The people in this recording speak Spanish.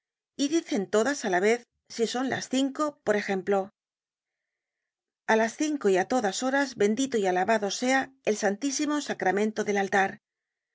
y dicen todas á la vez si son las cinco por ejemplo a las cinco y á todas horas bendito y alabado sea el santísimo sacramento del altar